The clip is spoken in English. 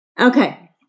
Okay